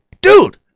dude